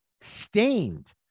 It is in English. stained